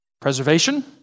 Preservation